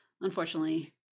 unfortunately